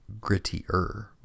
grittier